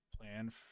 plan